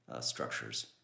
structures